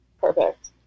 Perfect